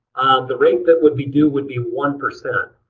the rate that would be due would be one percent.